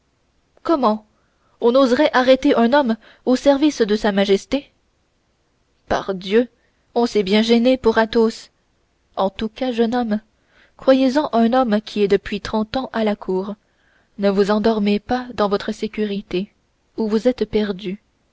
comment on oserait arrêter un homme au service de sa majesté pardieu on s'est bien gêné pour athos en tout cas jeune homme croyez-en un homme qui est depuis trente ans à la cour ne vous endormez pas dans votre sécurité ou vous êtes perdu